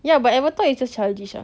ya but avatar is just childish ah